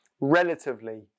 relatively